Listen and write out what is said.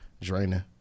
draining